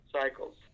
cycles